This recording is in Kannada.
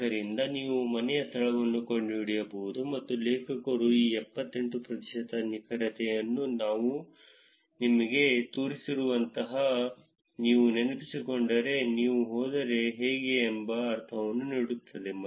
ಆದ್ದರಿಂದ ನೀವು ಮನೆಯ ಸ್ಥಳವನ್ನು ಕಂಡುಹಿಡಿಯಬಹುದು ಎಂದು ಲೇಖಕರು ಈ 78 ಪ್ರತಿಶತ ನಿಖರತೆಯನ್ನು ನಾನು ನಿಮಗೆ ತೋರಿಸಿರುವಸಹ ನೀವು ನೆನಪಿಸಿಕೊಂಡರೆ ನೀವು ಹೋದರೆ ಹೇಗೆ ಎಂಬ ಅರ್ಥವನ್ನು ನೀಡುತ್ತದೆ